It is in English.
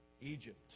Egypt